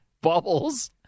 bubbles